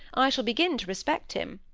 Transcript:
i shall begin to respect him